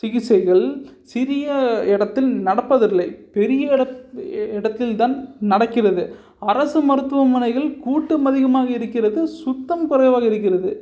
சிகிச்சைகள் சிறிய இடத்தில் நடப்பது இல்லை பெரிய இட இடத்தில் தான் நடக்கிறது அரசு மருத்துவமனைகள் கூட்டம் அதிகமாக இருக்கிறது சுத்தம் குறைவாக இருக்கிறது